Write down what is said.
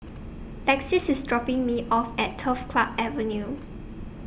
Lexis IS dropping Me off At Turf Club Avenue